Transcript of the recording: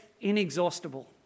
inexhaustible